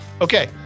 Okay